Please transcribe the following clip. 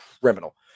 criminal